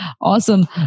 Awesome